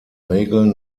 regeln